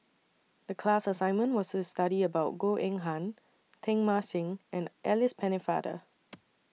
The class assignment was IS study about Goh Eng Han Teng Mah Seng and Alice Pennefather